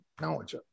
knowledge